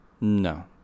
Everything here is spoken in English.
No